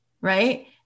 Right